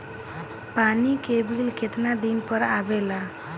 पानी के बिल केतना दिन पर आबे ला?